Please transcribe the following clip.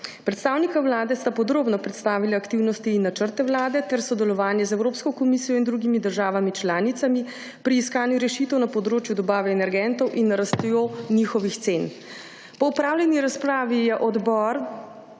Predstavnika vlade sta podrobno predstavila aktivnosti in načrte vlade ter sodelovanje z Evropsko komisijo in drugimi državami članicami pri iskanju rešitev na področju dobave energentov in rastjo njihovih cen. Po opravljeni razpravi je odbor